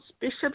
bishops